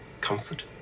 comfort